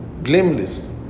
blameless